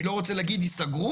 אני לא רוצה להגיד ייסגרו,